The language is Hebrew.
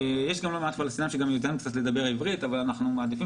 יש גם לא מעט פלסטינים שיודעים קצת לדבר עברית אבל אנחנו מעדיפים